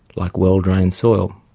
like well-drained soil.